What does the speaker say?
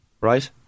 Right